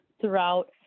throughout